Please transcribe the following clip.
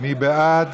מי בעד?